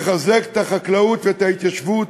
לחזק את החקלאות ואת ההתיישבות,